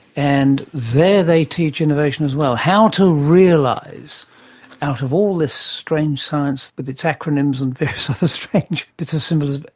and there they teach innovation as well, how to realise out of all this strange science with its acronyms and various other strange bits of symbolism,